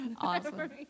Awesome